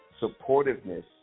supportiveness